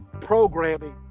programming